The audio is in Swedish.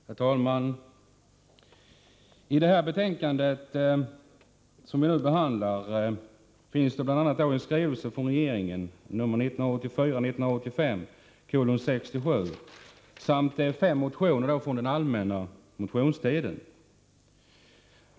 Herr talman! I det betänkande som vi nu diskuterar behandlas regeringens skrivelse 1984/85:67 samt fem motioner från allmänna motionstiden.